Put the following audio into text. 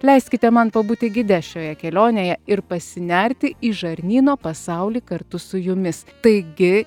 leiskite man pabūti gide šioje kelionėje ir pasinerti į žarnyno pasaulį kartu su jumis taigi